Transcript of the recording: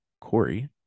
Corey